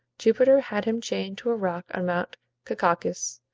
jupiter had him chained to a rock on mount caucasus,